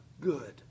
good